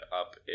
up